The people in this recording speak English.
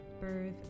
birth